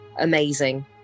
amazing